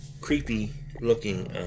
creepy-looking